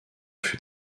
fut